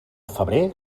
febrer